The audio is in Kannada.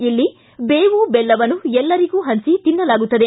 ಇಲ್ಲಿ ಬೇವು ಬೆಲ್ಲವನ್ನು ಎಲ್ಲರಿಗೂ ಪಂಚಿ ತಿನ್ನಲಾಗುತ್ತದೆ